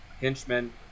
henchmen